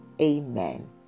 Amen